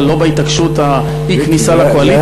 אבל לא בהתעקשות על אי-כניסה לקואליציה,